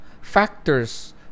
factors